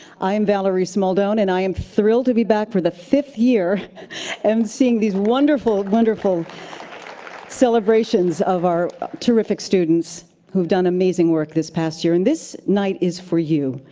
i am valerie smaldone and i am thrilled to be back for the fifth year and seeing these wonderful, wonderful celebrations of our terrific students who have done amazing work this past year. and this night is for you.